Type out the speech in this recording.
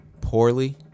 poorly